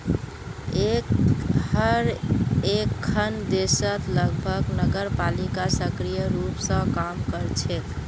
हर एकखन देशत लगभग नगरपालिका सक्रिय रूप स काम कर छेक